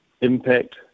impact